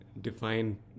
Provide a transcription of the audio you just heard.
define